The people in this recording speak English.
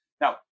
Now